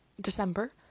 December